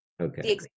Okay